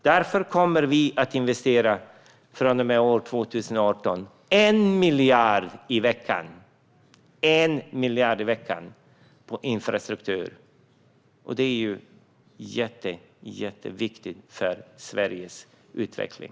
Därför kommer vi från och med 2018 att investera 1 miljard i veckan på infrastruktur. Det är jätteviktigt för Sveriges utveckling.